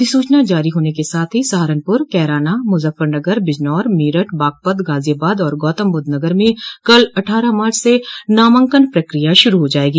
अधिसूचना जारी होने के साथ ही सहारनपुर कैराना मुजफ्फरनगर बिजनौर मेरठ बागपत गाज़ियाबाद और गौतमबुद्धनगर में कल अट्ठारह मार्च से नामांकन प्रक्रिया शुरू हो जायेगी